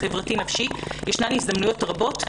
החברתי-נפשי יש הזדמנויות רבות.